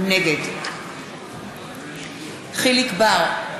נגד יחיאל חיליק בר,